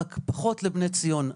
רק פחות לבני ציון.